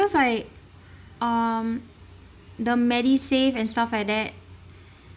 I um the medisave and stuff like that